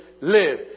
live